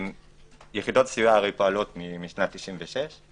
יחידות סיוע פועלות משנת 96',